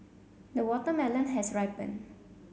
the watermelon has ripened